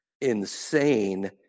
insane